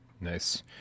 Nice